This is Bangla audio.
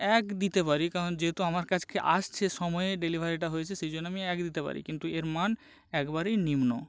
এক দিতে পারি কারণ যেহেতু আমার কাছকে আসছে সময়ে ডেলিভারিটা হয়েছে সেজন্য আমি এক দিতে পারি কিন্তু এর মান একবারেই নিম্ন